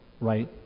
right